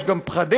יש גם פחדים,